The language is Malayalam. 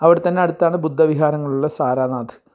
അവിടെത്തന്നെ അടുത്താണ് ബുദ്ധ വിഹാരങ്ങളുള്ള സാരാനാഥ്